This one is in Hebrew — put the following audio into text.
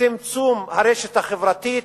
צמצום הרשת החברתית,